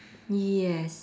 yes